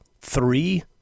three